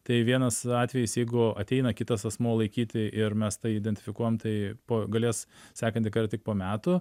tai vienas atvejis jeigu ateina kitas asmuo laikyti ir mes tai identifikuojam tai po galės sekantį kart tik po metų